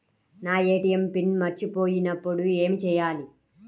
నా ATM PIN మరచిపోయినప్పుడు ఏమి చేయాలి?